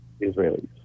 Israelis